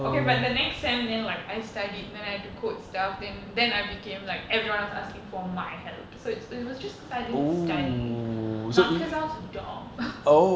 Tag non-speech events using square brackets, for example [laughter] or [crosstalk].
okay but the next sem then like I studied then I had to code stuff then then I became like everyone else asking for my help so it's it was just cause I didn't study not cause I was dumb [laughs]